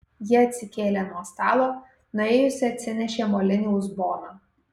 ji atsikėlė nuo stalo nuėjusi atsinešė molinį uzboną